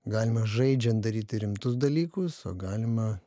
galima žaidžiant daryti rimtus dalykus o galima